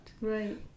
right